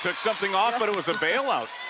but something off but it was a bailout.